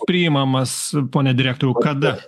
priimamas pone direktoriau kada